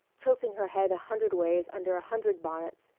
tilting her head a hundred ways under a hundred bonnets,